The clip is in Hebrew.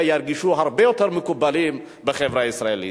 ירגישו הרבה יותר מקובלים בחברה הישראלית.